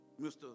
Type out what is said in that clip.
Mr